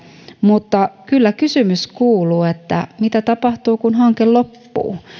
mutta kyllä kysymys kuuluu mitä tapahtuu kun hanke loppuu